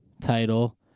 title